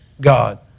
God